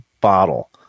bottle